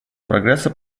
прогресса